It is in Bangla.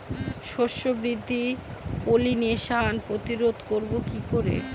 শস্য বৃদ্ধির পলিনেশান প্রতিরোধ করব কি করে?